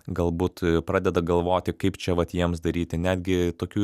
galbūt pradeda galvoti kaip čia vat jiems daryti netgi tokių